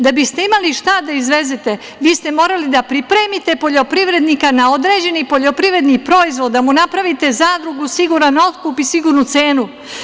Da biste imali šta da izvezete, vi ste morali da pripremite poljoprivrednika na određeni poljoprivredni proizvod, da mu napravite zadrugu, siguran otkup i sigurnu cenu.